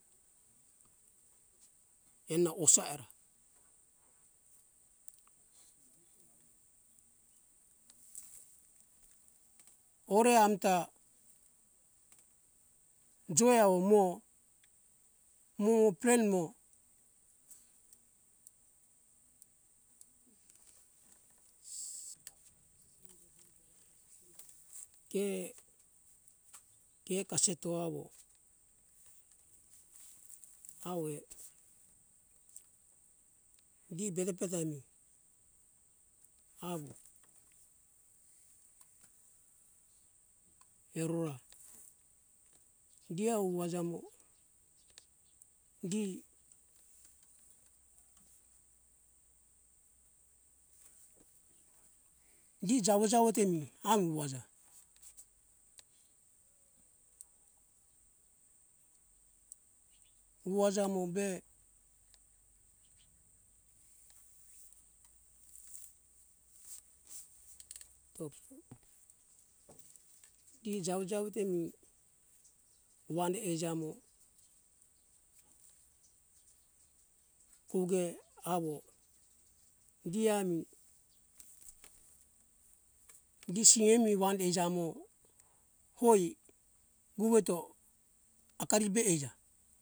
Ena osa aira ore amta joe awo mo mo pren mo ke ke kaseto awo awo eh gi bede peta ami awo eroroa gi awo wajamo gi gi jawo jawo te mi amu waja wu aja mo be top gi jawo jawo te mi wande eija mo koge awo gi ami gi seimi wande ijamo hoi guweto akaribe eija